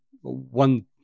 one